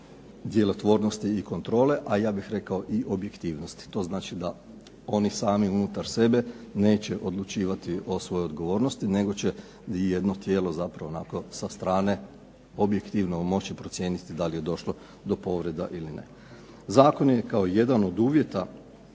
djelotvornosti i kontrole, a ja bih rekao i objektivnosti. To znači da oni sami unutar sebe neće odlučivati o svojoj odgovornosti, nego će jedno tijelo zapravo onako sa strane objektivno moći procijeniti da li je došlo do povreda ili ne. Zakon je kao jedan od uvjeta